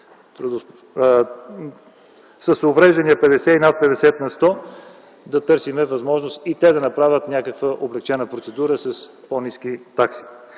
с увреждания 50 и над 50 на сто да търсим възможност и те да направят някаква облекчена процедура с по-ниски такси.